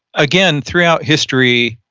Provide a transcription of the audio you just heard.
again, throughout history,